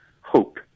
hope